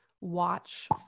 watch